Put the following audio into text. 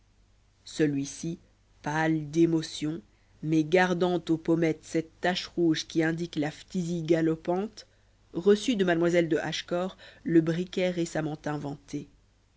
celui-ci pâle d'émotion mais gardant aux pommettes cette tache rouge qui indique la phtisie galopante reçut de mademoiselle de hachecor le briquet récemment inventé